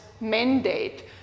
mandate